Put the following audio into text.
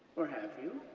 or have you?